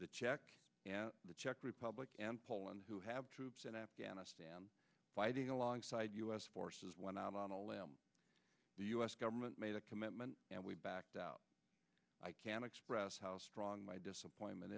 the czech republic and poland who have troops in afghanistan fighting alongside u s forces went out on a limb the us government made a commitment and we backed out i can express how strong my disappointment